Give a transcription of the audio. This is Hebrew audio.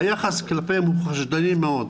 היחס כלפיהם הוא חשדני מאוד.